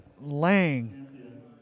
Lang